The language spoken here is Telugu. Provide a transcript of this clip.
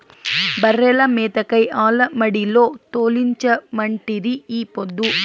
బర్రెల మేతకై ఆల మడిలో తోలించమంటిరి ఈ పొద్దు